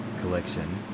Collection